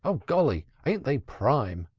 oh, golly, ain't they prime